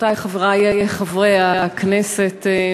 חברותי וחברי חברי הכנסת,